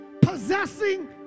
Possessing